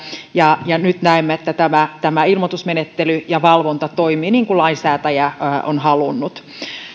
ja ja nyt näemme että tämä tämä ilmoitusmenettely ja valvonta toimivat niin kuin lainsäätäjä on halunnut